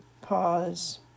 Pause